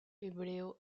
hebreo